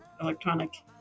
electronic